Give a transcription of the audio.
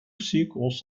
sequels